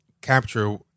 capture